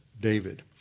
David